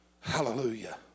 Hallelujah